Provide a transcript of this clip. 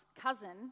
cousin